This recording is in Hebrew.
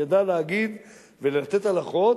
ידע להגיד ולתת הלכות,